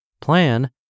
plan